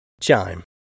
Chime